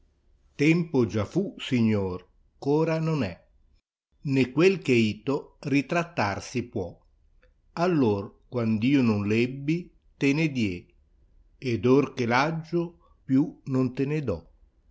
tempo già fu signor ch'ora non è né quel che è ito ritrattar si può all'or quando io non l'ebbi te ne die ed or che l'aggio più non te ne do